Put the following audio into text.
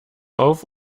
auf